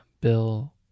Bill